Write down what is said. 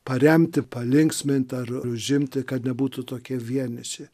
paremti palinksminti ar užimti kad nebūtų tokie vieniši